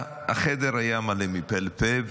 החדר היה מלא מפה לפה,